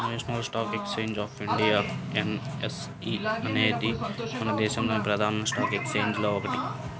national stock exchange of India NSE అనేది మన దేశంలోని ప్రధాన స్టాక్ ఎక్స్చేంజిల్లో ఒకటి